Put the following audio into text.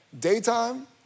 daytime